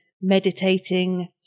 meditating